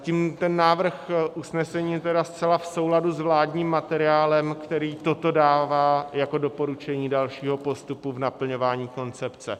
Tím ten návrh usnesení je tedy zcela v souladu s vládním materiálem, který toto dává jako doporučení dalšího postupu v naplňování koncepce.